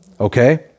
Okay